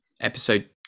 episode